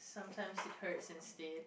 sometimes it hurts instead